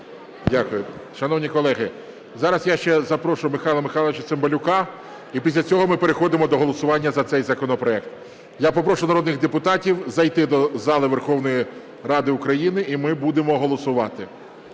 Дякую. Шановні колеги, зараз я ще запрошу Михайла Михайловича Цимбалюка, і після цього ми переходимо до голосування за цей законопроект. Я попрошу народних депутатів зайти до зали Верховної Ради України, і ми будемо голосувати.